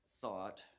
thought